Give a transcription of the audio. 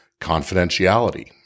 confidentiality